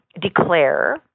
declare